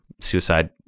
suicide